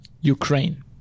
ukraine